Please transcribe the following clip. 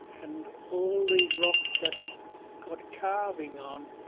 and all these rocks that's got carving on,